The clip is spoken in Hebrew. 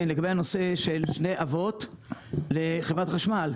לגבי הנושא של שני אבות לחברת חשמל.